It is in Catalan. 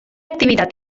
activitat